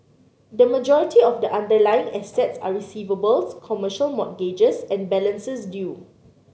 the majority of the underlying assets are receivables commercial mortgages and balances due